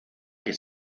que